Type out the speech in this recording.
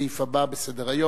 לסעיף הבא בסדר-היום.